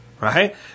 Right